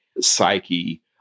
psyche